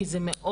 כי זה מאוד,